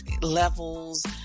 levels